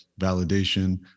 validation